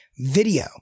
video